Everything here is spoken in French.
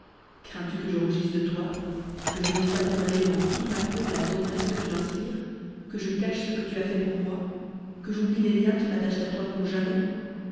crains-tu que je rougisse de toi que je n'ose pas témoigner devant toute ma cour la tendresse que tu m'inspires que je cache ce que tu as fait pour moi que j'oublie les liens qui m'attachent à toi pour jamais